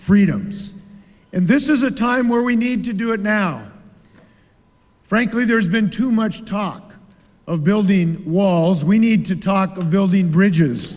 freedoms and this is a time where we need to do it now frankly there's been too much talk of building walls we need to talk of building bridges